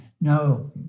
no